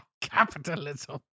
capitalism